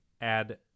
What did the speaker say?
Add